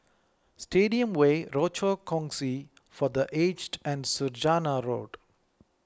Stadium Way Rochor Kongsi for the Aged and Saujana Road